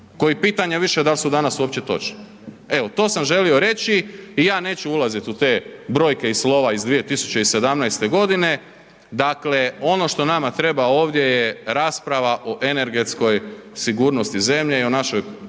koji pitanje više dal' su danas uopće točni. Evo to sam želio reći i ja neću ulazit u te brojke i slova iz 2017. g. Dakle ono što nama treba ovdje je rasprava o energetskoj sigurnosti zemlje i o našoj